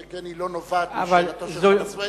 שכן היא לא נובעת משאלתו של חבר הכנסת חנא סוייד.